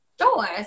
Sure